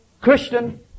Christian